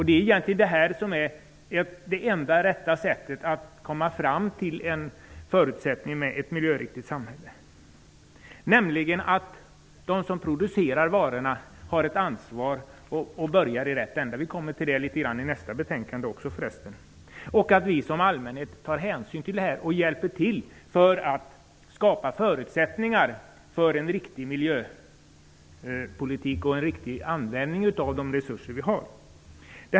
Det är egentligen det enda rätta sättet att komma fram till ett miljöriktigt samhälle. De som producerar varorna har ett ansvar för att börja i rätt ända. Dessa frågor behandlas förresten i nästa betänkande också. Allmänheten måste ta hänsyn och hjälpa till att skapa förutsättningar för en riktig miljöpolitik och en riktig användning av de resurser vi har.